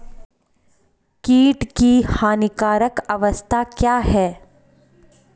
कीट की हानिकारक अवस्था क्या है?